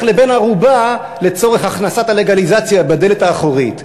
לבן-ערובה לצורך הכנסת הלגליזציה בדלת האחורית,